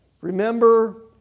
Remember